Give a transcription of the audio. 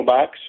Box